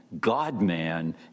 God-man